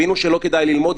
הבנו שלא כדאי ללמוד,